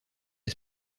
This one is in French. des